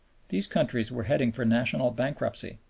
these countries were heading for national bankruptcy.